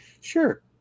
sure